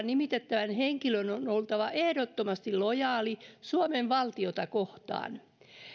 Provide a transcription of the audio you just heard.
nimitettävän henkilön on oltava ehdottomasti lojaali suomen valtiota kohtaan